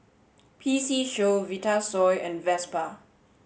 P C Show Vitasoy and Vespa